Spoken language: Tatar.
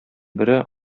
бере